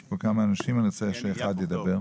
יש פה כמה אנשים ואני רוצה שאחד ידבר.